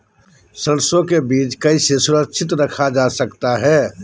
सरसो के बीज कैसे सुरक्षित रखा जा सकता है?